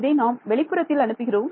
இதை நாம் வெளிப்புறத்தில் அனுப்புகிறோம்